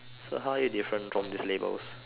so how are you different from these labels